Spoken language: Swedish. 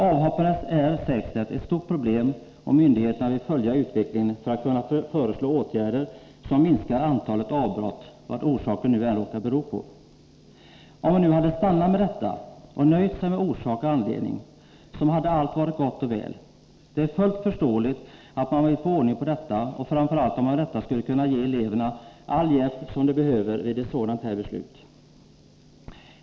Det sägs att avhopparna är ett stort problem. Myndigheterna vill följa utvecklingen och veta vad avbrotten beror på, för att sedan kunna föreslå åtgärder som minskar antalet avbrott. Om man nu hade stannat där och nöjt sig med att ta reda på orsakerna, hade allt varit gott och väl. Det är fullt förståeligt att man vill få ordning på detta och framför allt att man vill ge eleverna all hjälp som de behöver inför ett sådant här beslut.